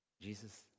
Jesus